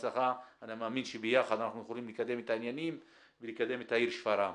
אני מאמין שביחד אנחנו יכולים לקדם את העניינים ולקדם את העיר שפרעם.